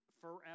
forever